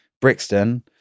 Brixton